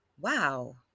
Wow